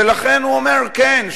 ולכן הוא אומר: כן,